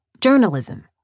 Journalism